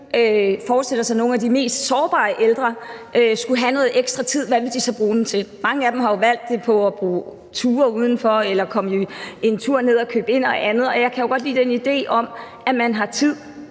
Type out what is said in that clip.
forestiller sig, at nogle af de mest sårbare ældre skulle have noget ekstra tid, hvad ville de så bruge den til? Mange af dem har jo valgt at bruge den på ture udenfor eller komme en tur ned at købe ind og andet, og jeg kan jo godt lide den idé om, at man har tid,